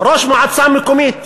ראש מועצה מקומית,